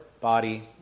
body